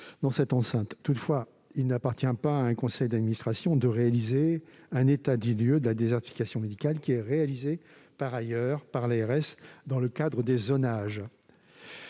discuté ici. Toutefois, il n'appartient pas à un conseil d'administration d'effectuer un état des lieux de la désertification médicale, qui est réalisé, par ailleurs, par l'ARS, dans le cadre des zonages.